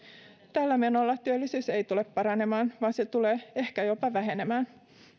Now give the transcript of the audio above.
tällä menolla työllisyys ei tule paranemaan vaan se tulee ehkä jopa vähenemään